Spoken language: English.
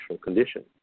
condition